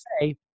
say